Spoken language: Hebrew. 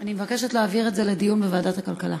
אני מבקשת להעביר את זה לדיון בוועדת הכלכלה.